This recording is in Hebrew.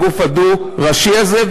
הגוף הדו-ראשי הזה,